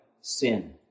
sin